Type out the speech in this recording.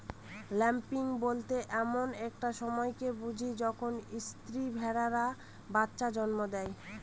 lambing বলতে এমন একটা সময়কে বুঝি যখন স্ত্রী ভেড়ারা বাচ্চা জন্ম দেয়